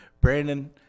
Brandon